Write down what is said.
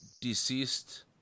Deceased